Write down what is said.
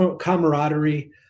camaraderie